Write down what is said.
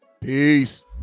Peace